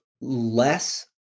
less